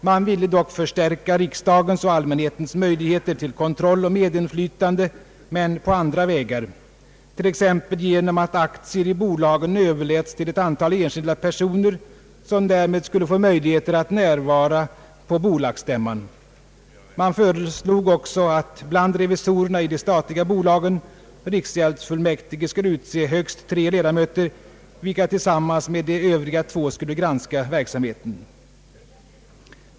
Man ville dock förstärka riksdagens och allmänhetens möjligheter till kontroll och medinflytande men på andra vägar, t.ex. genom att aktier i bolagen överläts till ett antal enskilda personer, som därmed skulle få möjligheter att närvara vid bolagsstämman. Man föreslog vidare att bland revisorerna i de statliga bolagen riksgäldsfullmäktige skulle utse högst tre ledamöter, vilka tillsammans med de övriga två skulle granska verksamheten.